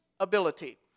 ability